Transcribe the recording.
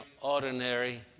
ordinary